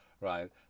right